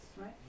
right